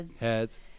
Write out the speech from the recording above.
heads